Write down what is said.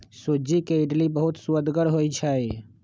सूज्ज़ी के इडली बहुत सुअदगर होइ छइ